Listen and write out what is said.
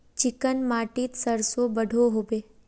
Chicken माटित सरसों बढ़ो होबे?